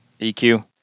EQ